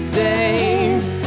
saves